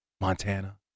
Montana